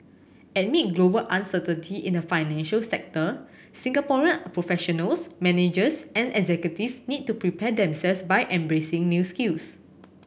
amid global uncertainty in the financial sector Singaporean professionals managers and executives need to prepare themselves by embracing new skills